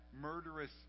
murderous